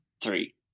three